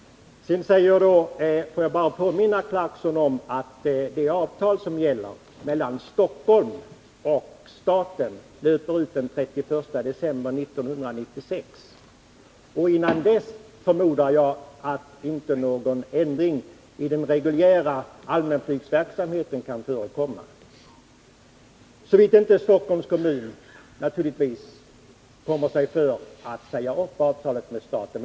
Får jag bara påminna Rolf Clarkson om att det avtal som gäller mellan Stockholms kommun och staten löper ut den 31 december 1996. Innan dess förmodar jag att ingen ändring kan förekomma för allmänflyget — såvida inte Stockholms kommun kommer sig för med att säga upp avtalet med staten.